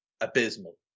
abysmal